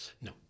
No